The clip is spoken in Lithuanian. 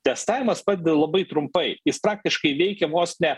testavimas padeda labai trumpai jis praktiškai veikia vos ne